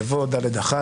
יבוא (ד)(1)